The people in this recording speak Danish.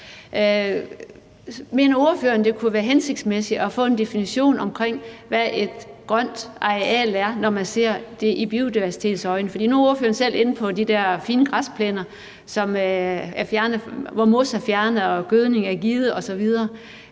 Mener ordføreren, at det kunne være hensigtsmæssigt at få en definition af, hvad et grønt areal er, når man ser på det med biodiversiteten for øje? Ordføreren var selv inde på det der med de fine græsplæner, hvor mos er fjernet og gødning er givet osv.,